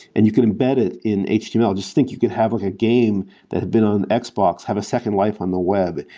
and you can embed it in html. just think you can have like a game that had been on xbox, have a second life on the web,